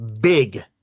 big